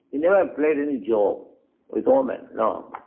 he never played any joke with women. no.